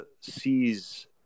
sees